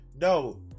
No